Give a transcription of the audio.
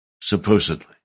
supposedly